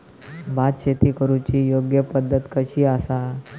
भात शेती करुची योग्य पद्धत कशी आसा?